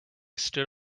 stood